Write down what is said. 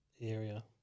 area